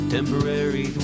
Temporary